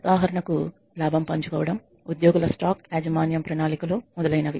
ఉదాహరణకు లాభం పంచుకోవడం ఉద్యోగుల స్టాక్ యాజమాన్యం ప్రణాళికలు మొదలైనవి